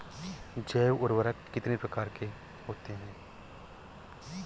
जैव उर्वरक कितनी प्रकार के होते हैं?